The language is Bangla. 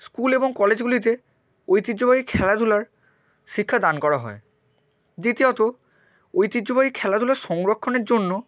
স্কুল এবং কলেজগুলিতে ঐতিহ্যবাহী খেলাধুলার শিক্ষা দান করা হয় দ্বিতীয়ত ঐতিহ্যবাহী খেলাধুলার সংরক্ষণের জন্য